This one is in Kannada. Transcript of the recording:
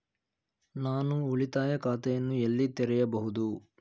ನಾನು ಉಳಿತಾಯ ಖಾತೆಯನ್ನು ಎಲ್ಲಿ ತೆರೆಯಬಹುದು?